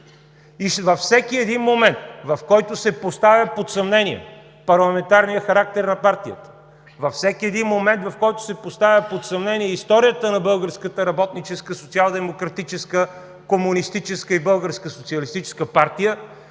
и във всеки един момент, в който се поставя под съмнение парламентарният характер на партията, във всеки един момент, в който се поставя под съмнение историята на Българската работническа, Социалдемократическа, Комунистическа и Българска социалистическа партия,